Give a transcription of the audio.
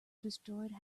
destroyed